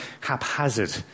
haphazard